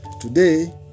Today